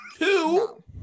two